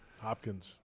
Hopkins